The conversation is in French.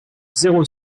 zéro